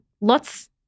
lots